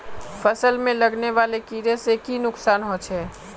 फसल में लगने वाले कीड़े से की नुकसान होचे?